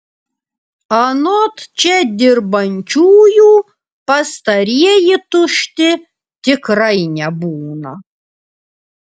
anot čia dirbančiųjų pastarieji tušti tikrai nebūna